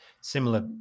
Similar